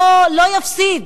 לא יפסיד,